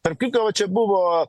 tarp kitko va čia buvo